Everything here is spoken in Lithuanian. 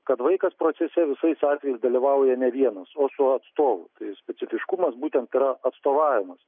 kad vaikas procese visais atvejais dalyvauja ne vienas o su atstovu tai specifiškumas būtent yra atstovavimas